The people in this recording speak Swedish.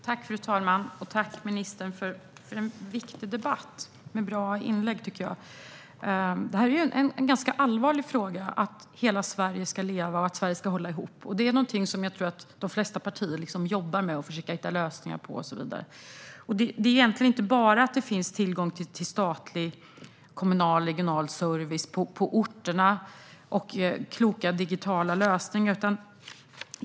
Fru talman! Tack, ministern, för en viktig debatt med bra inlägg! Att hela Sverige ska leva och hålla ihop är en allvarlig fråga. Jag tror att de flesta partier jobbar med detta och försöker hitta lösningar. Det handlar egentligen inte bara om att det ska finnas tillgång till statlig, kommunal och regional service på orterna och kloka digitala lösningar.